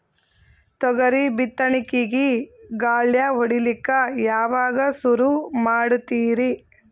ತೊಗರಿ ಬಿತ್ತಣಿಕಿಗಿ ಗಳ್ಯಾ ಹೋಡಿಲಕ್ಕ ಯಾವಾಗ ಸುರು ಮಾಡತೀರಿ?